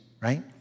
right